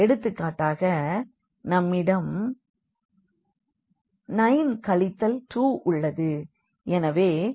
எடுத்துக்காட்டாக நம்மிடம் 9 கழித்தல் 2 உள்ளது